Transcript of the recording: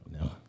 no